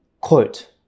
Quote